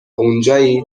اونجایید